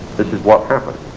this is what happened.